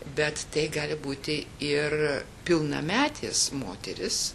bet tai gali būti ir pilnametės moterys